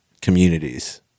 communities